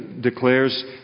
declares